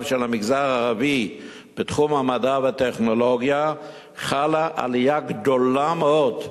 של המגזר הערבי בתחום המדע והטכנולוגיה חלה עלייה גדולה מאוד.